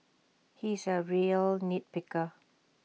he is A real nit picker